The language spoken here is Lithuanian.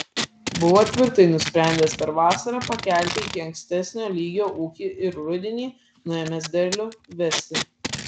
buvo tvirtai nusprendęs per vasarą pakelti iki ankstesnio lygio ūkį ir rudenį nuėmęs derlių vesti